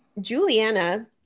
Juliana